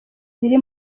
ziri